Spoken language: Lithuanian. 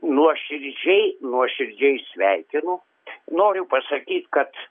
nuoširdžiai nuoširdžiai sveikinu noriu pasakyt kad